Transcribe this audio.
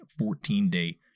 14-day